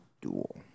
duel